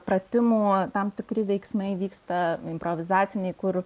pratimų tam tikri veiksmai vyksta improvizaciniai kur